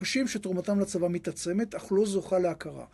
מפגשים שתרומתם לצבא מתעצמת, אך לא זוכה להכרה.